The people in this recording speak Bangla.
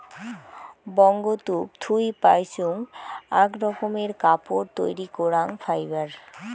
বঙ্গতুক থুই পাইচুঙ আক রকমের কাপড় তৈরী করাং ফাইবার